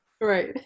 right